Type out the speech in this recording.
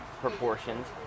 proportions